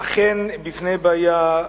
אכן בפני בעיה,